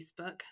Facebook